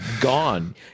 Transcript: gone